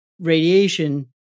radiation